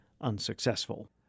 unsuccessful